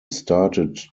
started